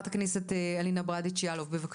תודה